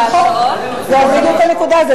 זו בדיוק הנקודה.